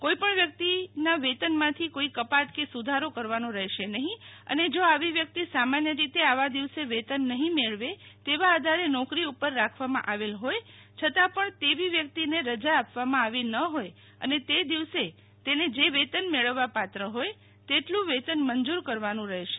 કોઇપણ વ્યકિત વ્યકિતના વેતનમાંથી કોઇ કપાત કે સુધારો કરવાનો રહેશે નહીં અને જો આવી વ્યકિત સામાન્ય રીતે આવા દિવસે વેતન નહીં મેળવે તેવા આધારે નોકરી ઉપર રાખવામાં આવેલ હોય છતાં પણ તેવી વ્યકિતને રજા આપવામાં આવી ન હોત અને તે દિવસે તેને જે વેતન મેળવવા પાત્ર હોય તેટલું વેતન મંજુર કરવાનું રહેશે